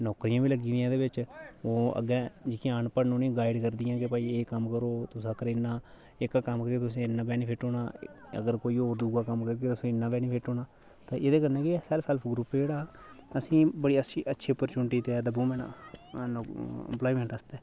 नौकरियां बी लग्गी दियां एह्दे बिच्च होर अग्गें जेह्कियां अनपढ़ न उ'नेंगी गाइड करदियां के भई एह् कम्म करो तुस अगर इन्ना एह्का कम्म करगे तुसेंगी इन्ना बेनिफिट होना अगर होर कोई दूआ कम्म करगे तुसेंगी इन्ना बेनिफिट होना ते एह्दे कन्नै सेल्फ हेल्फ ग्रुप जेह्ड़ा असेंगी बड़ी अच्छी अच्छी ओपरचूनिटी देआ दा वूमेन ऐम्प्लोय्मेन्ट आस्तै